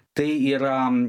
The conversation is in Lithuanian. tai yra